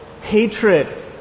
hatred